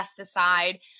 pesticide